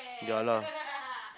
ya lah